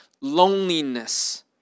loneliness